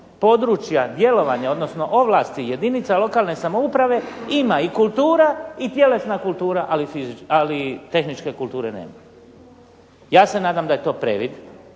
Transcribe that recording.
područja djelovanja, odnosno ovlasti jedinica lokalne samouprave ima i kultura i tjelesna kultura, ali tehničke kulture nema. Ja se nadam da je to previd.